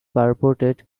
purported